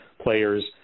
players